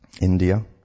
India